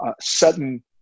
sudden